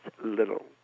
little